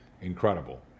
incredible